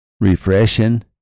refreshing